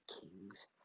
Kings